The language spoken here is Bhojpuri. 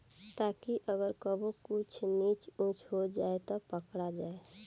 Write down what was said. ताकि अगर कबो कुछ ऊच नीच हो जाव त पकड़ा जाए